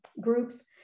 groups